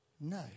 no